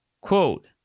Quote